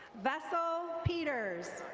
vessel peters.